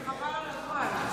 זה חבל על הזמן.